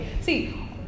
See